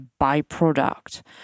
byproduct